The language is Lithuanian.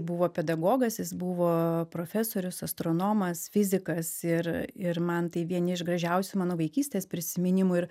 buvo pedagogas jis buvo profesorius astronomas fizikas ir ir man tai vieni iš gražiausių mano vaikystės prisiminimų ir